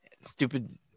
stupid